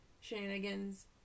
shenanigans